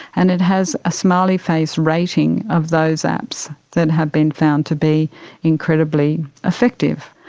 and it has a smiley face rating of those apps that have been found to be incredibly effective.